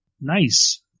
Nice